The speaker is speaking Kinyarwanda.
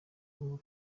kongo